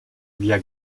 via